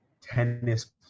tennis